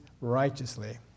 righteously